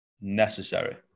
necessary